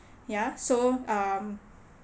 ya so um